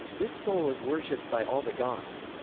this soul is worshipped by all the gods.